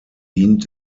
dient